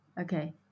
Okay